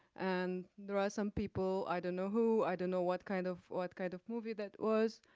and there are some people, i don't know who, i don't know what kind of, what kind of movie that was,